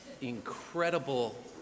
incredible